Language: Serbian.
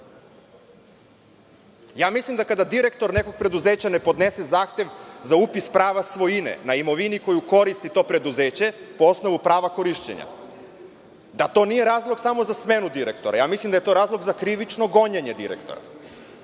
Ja mislim da kada direktor nekog preduzeća ne podnese zahtev za upis prava svojine na imovini koju koristi to preduzeće po osnovu prava korišćenja, da to nije razlog samo za smenu direktora. Ja mislim da je to razlog za krivično gonjenje direktora.